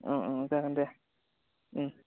ओं ओं जागोन दे